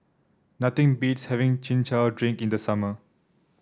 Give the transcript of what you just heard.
nothing beats having Chin Chow Drink in the summer